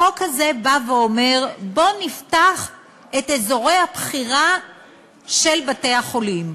החוק הזה בא ואומר: בואו נפתח את אזורי הבחירה של בתי-החולים.